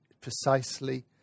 precisely